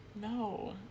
No